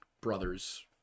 brothers